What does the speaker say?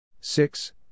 six